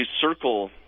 Circle